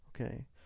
okay